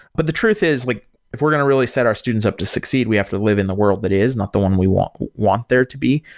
but the truth is like if we're going to really set our students up to succeed, we have to live in the world that is not the one we want want there to be.